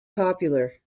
popular